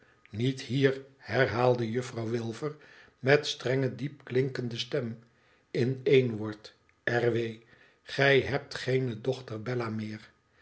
niet hier herhaalde juffrouw wilfer met strenge diep klinkende stem in één woord r w gij hebt geene dochter bella meer